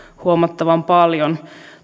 huomattavan paljon